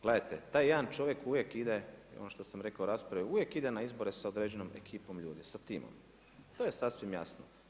Gledajte, taj jedan čovjek uvijek ide ono što sam rekao u raspravi, uvijek ide na izbore sa određenom ekipom ljudi, sa tim, to je sasvim jasno.